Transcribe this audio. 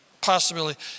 possibility